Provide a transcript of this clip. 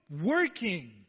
working